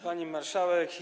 Pani Marszałek!